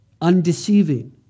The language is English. undeceiving